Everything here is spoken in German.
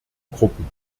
gruppen